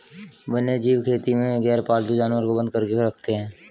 वन्यजीव खेती में गैरपालतू जानवर को बंद करके रखते हैं